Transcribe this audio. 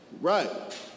Right